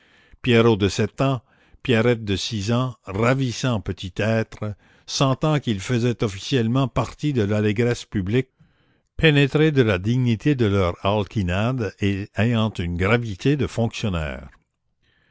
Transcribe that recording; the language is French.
pierrots de sept ans pierrettes de six ans ravissants petits êtres sentant qu'ils faisaient officiellement partie de l'allégresse publique pénétrés de la dignité de leur arlequinade et ayant une gravité de fonctionnaires